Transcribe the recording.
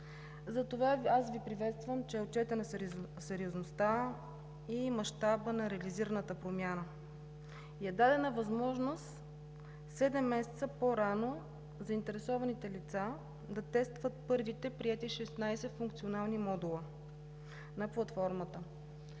Затова Ви приветствам, че са отчетени сериозността и мащабът на реализираната промяна и е дадена възможност седем месеца по-рано заинтересованите лица да тестват първите приети 16 функционални модула на платформата.